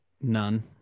None